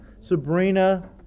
Sabrina